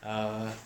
err